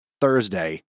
Thursday